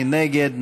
מי נגד?